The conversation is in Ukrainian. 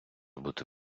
бути